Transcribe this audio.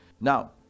now